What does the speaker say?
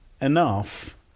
Enough